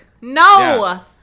No